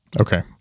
Okay